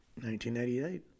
1988